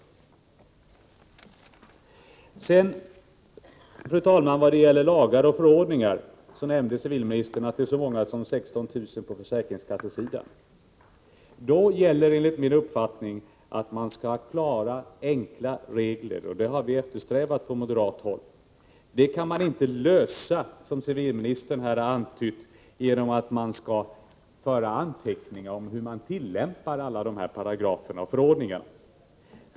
Fru talman! Vad gäller lagar och förordningar nämnde civilministern att det är så många som 16 000 på försäkringskassesidan. Då gäller enligt min uppfattning att man skall ha klara och enkla regler. Det har vi eftersträvat från moderat håll. Det kan man inte lösa, som civilministern har antytt, genom att föra anteckningar om hur man tillämpar alla dessa paragrafer och förordningar.